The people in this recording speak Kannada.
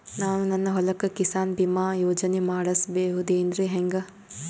ನಾನು ನನ್ನ ಹೊಲಕ್ಕ ಕಿಸಾನ್ ಬೀಮಾ ಯೋಜನೆ ಮಾಡಸ ಬಹುದೇನರಿ ಹೆಂಗ?